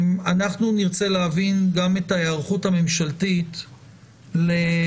אנחנו נרצה להבין גם את ההיערכות הממשלתית לסיוע